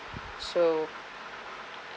so